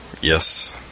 Yes